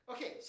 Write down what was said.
Okay